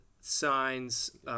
signs